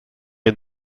est